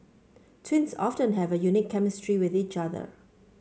twins often have a unique chemistry with each other